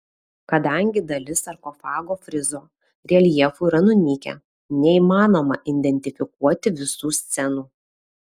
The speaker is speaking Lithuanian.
kadangi dalis sarkofago frizo reljefų yra nunykę neįmanoma identifikuoti visų scenų